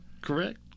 Correct